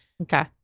Okay